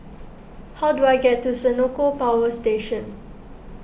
how do I get to Senoko Power Station